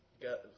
Got